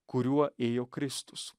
kuriuo ėjo kristus